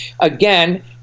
again